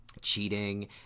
cheating